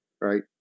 right